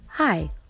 Hi